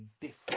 different